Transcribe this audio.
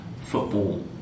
football